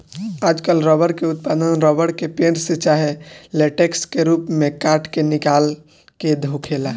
आजकल रबर के उत्पादन रबर के पेड़, से चाहे लेटेक्स के रूप में काट के निकाल के होखेला